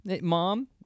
mom